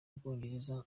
ubwongereza